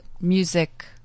music